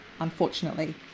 unfortunately